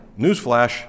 newsflash